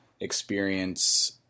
experience